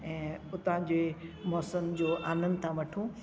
ऐं उता जे मौसमु जो आनंद था वठूं